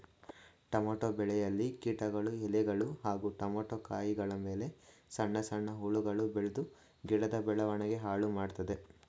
tomato ಬೆಳೆಯಲ್ಲಿ ಕೀಟಗಳು ಎಲೆಗಳು ಹಾಗೂ ಟಮೋಟ ಕಾಯಿಗಳಮೇಲೆ ಸಣ್ಣ ಸಣ್ಣ ಹುಳಗಳು ಬೆಳ್ದು ಗಿಡದ ಬೆಳವಣಿಗೆ ಹಾಳುಮಾಡ್ತದೆ